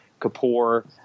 Kapoor